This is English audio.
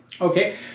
Okay